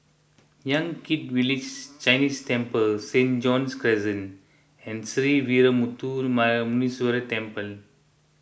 Yan Kit Village Chinese Temple Saint John's Crescent and Sree Veeramuthu Muneeswaran Temple